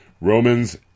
Romans